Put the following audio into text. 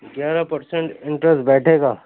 گیارہ percent interest بیٹھے گا